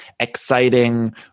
Exciting